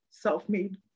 self-made